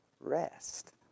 rest